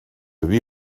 iddi